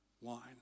wine